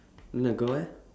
then the girl eh